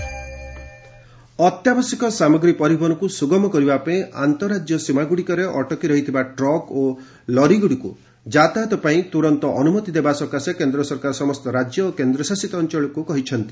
ଇକ୍ଟର state movement ଅତ୍ୟାବଶ୍ୟକୀୟ ସାମଗ୍ରୀ ପରିବହନକୁ ସୁଗମ କରିବା ପାଇଁ ଆନ୍ତରାଜ୍ୟ ସୀମାଗୁଡ଼ିକରେ ଅଟକି ରହିଥିବା ଟ୍ରକ୍ ଓ ଲରିଗୁଡ଼ିକୁ ଯାତାୟତ ପାଇଁ ତୁରନ୍ତ ଅନୁମତି ଦେବା ସକାଶେ କେନ୍ଦ୍ର ସରକାର ସମସ୍ତ ରାଜ୍ୟ ଓ କେନ୍ଦ୍ରଶାସିତ ଅଞ୍ଚଳକୁ କହିଛନ୍ତି